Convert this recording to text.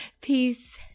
Peace